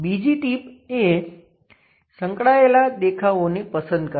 બીજી ટીપ એ સંકળાયેલા દેખાવોને પસંદ કરવા